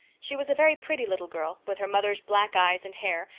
she was a very pretty little girl, with her mother's black eyes and hair,